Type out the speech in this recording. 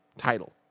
title